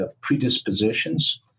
predispositions